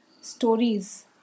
stories